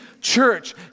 church